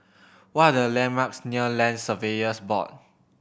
what are the landmarks near Land Surveyors Board